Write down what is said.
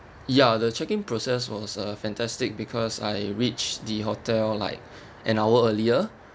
ya the check in process was uh fantastic because I reached the hotel like an hour earlier